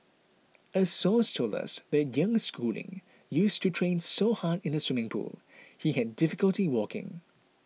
a source told us that young Schooling used to train so hard in the swimming pool he had difficulty walking